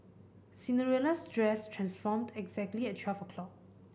Cinderella's dress transformed exactly at twelve o' clock